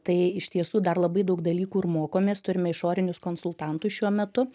tai iš tiesų dar labai daug dalykų ir mokomės turime išorinius konsultantus šiuo metu